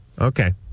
Okay